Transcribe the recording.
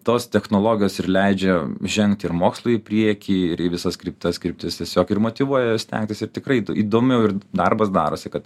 tos technologijos ir leidžia žengti ir mokslui į priekį ir į visas kriptas kryptis tiesiog ir motyvuoja stengtis ir tikrai įdomiau ir darbas darosi kad